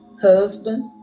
Husband